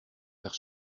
faire